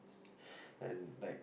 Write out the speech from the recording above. and like